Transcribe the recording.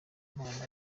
mpano